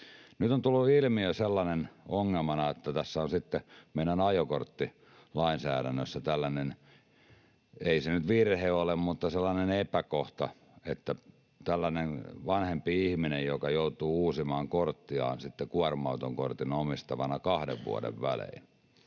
Nyt on tullut ilmi sellainen ongelma, että tässä on sitten meidän ajokorttilainsäädännössä tällainen, ei se nyt virhe ole, mutta sellainen epäkohta, että vanhempi ihminen, joka joutuu uusimaan korttiaan kuorma-autokortin omistavana kahden vuoden välein,